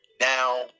now